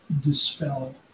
dispel